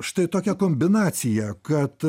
štai tokia kombinacija kad